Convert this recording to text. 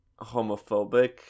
homophobic